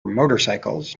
motorcycles